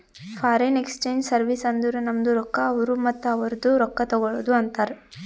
foreign exchange service ಅಂದುರ್ ನಮ್ದು ರೊಕ್ಕಾ ಅವ್ರು ಮತ್ತ ಅವ್ರದು ನಾವ್ ತಗೊಳದುಕ್ ಅಂತಾರ್